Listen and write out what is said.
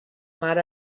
mar